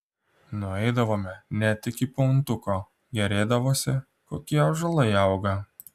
nueidavome net iki puntuko gėrėdavosi kokie ąžuolai auga